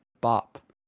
bop